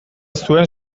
zuen